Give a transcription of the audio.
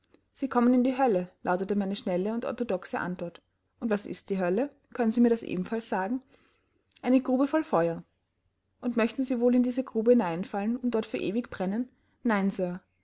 sie kommen in die hölle lautete meine schnelle und orthodoxe antwort und was ist die hölle können sie mir das ebenfalls sagen eine grube voll feuer und möchten sie wohl in diese grube hineinfallen und dort für ewig brennen nein sir